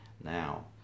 now